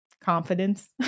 confidence